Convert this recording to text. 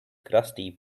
crusty